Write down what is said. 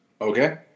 Okay